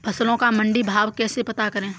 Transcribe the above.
फसलों का मंडी भाव कैसे पता करें?